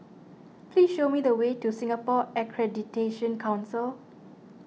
please show me the way to Singapore Accreditation Council